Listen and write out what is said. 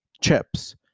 chips